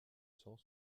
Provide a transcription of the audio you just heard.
cent